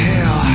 Hell